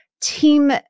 team